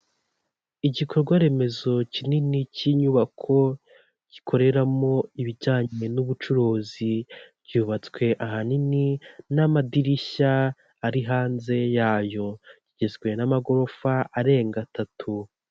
Igikorwa remezo kinini cy'inyubako gikoreramo ibijyanye n'ubucuruzi byubatswe ahanini n'amadirishya ari hanze yayo agizwe n'amagorofa arenga atatu.